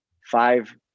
five